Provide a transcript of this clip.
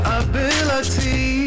ability